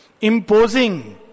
Imposing